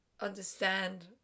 understand